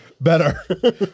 better